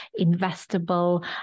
investable